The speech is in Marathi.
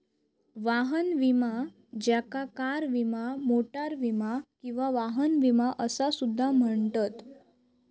वाहन विमा ज्याका कार विमा, मोटार विमा किंवा वाहन विमा असा सुद्धा म्हणतत